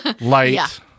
light